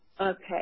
Okay